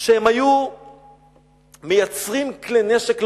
שהם היו מייצרים כלי נשק לרומאים.